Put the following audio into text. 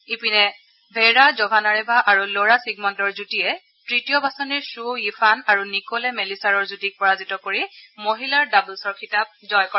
ইপিনে Vera Zvonareva আৰু ল'ৰা চিগমণ্ডৰ যুটীয়ে তৃতীয় বাছনিৰ স্থু য়িফান আৰু নিক'লে মেলিচাৰৰ যুটীক পৰাজিত কৰি মহিলাৰ ডাব'লছৰ খিতাপ জয় কৰে